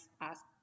ask